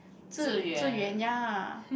Zi Zi-Yuan ya